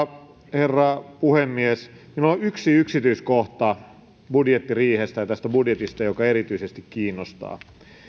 herra puhemies minulla on yksi yksityiskohta budjettiriihestä ja budjetista joka erityisesti kiinnostaa